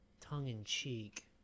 tongue-in-cheek